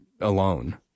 alone